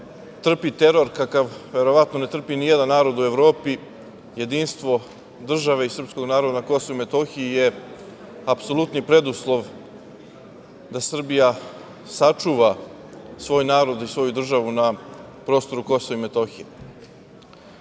trpi teror, kakav verovatno ne trpi ni jedan narod u Evropi, jedinstvo države i srpskog naroda na KiM je apsolutni preduslov da Srbija sačuva svoj narod i svoju državu na prostoru KiM.Postaviću